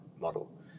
model